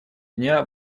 дня